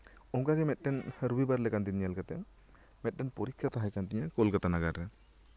ᱚᱱᱠᱟᱜᱮ ᱢᱤᱫᱴᱟᱝ ᱨᱚᱵᱤᱵᱟᱨ ᱞᱮᱠᱟᱱ ᱫᱤᱱ ᱠᱟᱛᱮᱜ ᱢᱤᱫᱴᱟᱝ ᱯᱚᱨᱤᱠᱠᱷᱟ ᱛᱟᱦᱮᱸ ᱠᱟᱱ ᱛᱤᱧᱟ ᱠᱳᱞᱠᱟᱛᱟ ᱱᱚᱜᱚᱨ ᱨᱮ